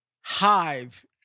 hive